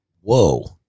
Whoa